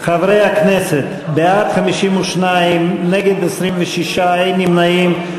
חברי הכנסת, בעד, 52, נגד, 26, אין נמנעים.